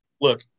Look